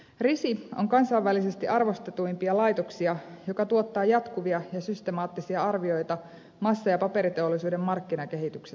risi on kansainvälisesti arvostetuimpia laitoksia joka tuottaa jatkuvia ja systemaattisia arvioita massa ja paperiteollisuuden markkinakehityksestä